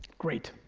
great.